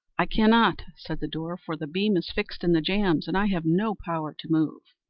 i cannot, said the door, for the beam is fixed in the jambs and i have no power to move.